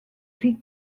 rhy